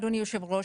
אדוני היושב ראש,